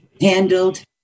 handled